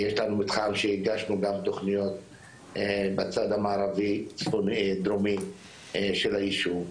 יש לנו מתחם שהגשנו גם תוכניות בצד המערבי דרומי של היישוב.